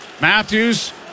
Matthews